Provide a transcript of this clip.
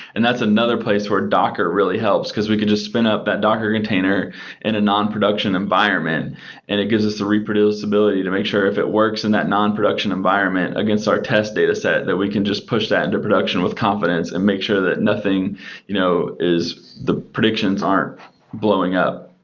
and that's another place where docker really helps because we could just spin up that docker container in a non-production environment and it gives us the reproducibility to make sure if it works in that non-production environment against our test dataset, that we can just push that into production with confidence and make sure that nothing you know is the predictions aren't blowing up.